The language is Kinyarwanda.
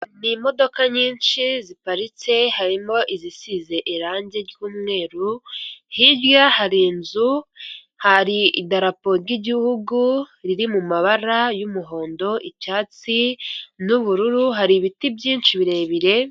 Ni imodoka nyinshi ziparitse harimo izisize irangi ry'umweru hirya hari inzu, hari idarapo ry'igihugu riri mu mabara y'umuhondo, icyatsi n'ubururu hari ibiti byinshi birebire.